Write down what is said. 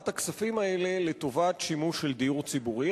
הכספים האלה לטובת שימוש לדיור ציבורי.